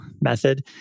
method